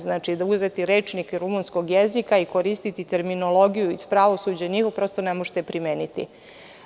Znači, da uzmete i rečnike rumunskog jezika i koristiti terminologiju iz pravosuđa, vi to prosto ne možete primeniti.